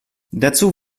dazu